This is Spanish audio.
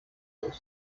dos